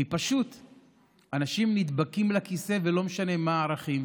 כי אנשים נדבקים לכיסא ולא משנה מה הערכים,